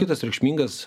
kitas reikšmingas